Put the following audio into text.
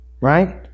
right